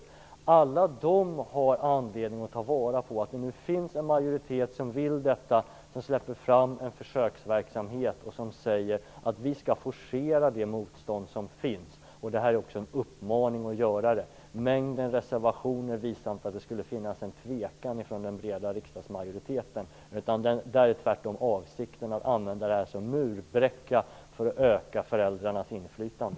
Alla dessa har anledning att ta vara på att det nu finns en majoritet som vill detta, som släpper fram en försöksverksamhet och som säger att man skall forcera det motstånd som finns. Det här är också en uppmaning till att göra det. Men min reservation visar inte att det skulle finnas en tvekan från den breda riksdagsmajoriteten. Avsikten är tvärtom att använda detta som murbräcka för att öka föräldrarnas inflytande.